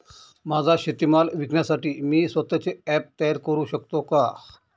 माझा शेतीमाल विकण्यासाठी मी स्वत:चे ॲप तयार करु शकतो का?